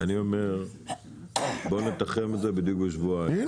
אני אומר שנתחם את זה בדיוק בשבועיים.